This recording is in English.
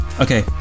Okay